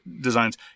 designs